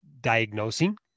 diagnosing